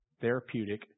therapeutic